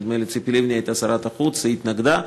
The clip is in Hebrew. נדמה לי שציפי לבני הייתה שרת החוץ, והיא התנגדה,